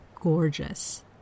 gorgeous